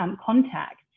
contact